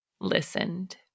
Listened